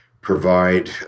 provide